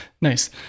Nice